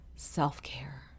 Self-care